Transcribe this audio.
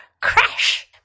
Crash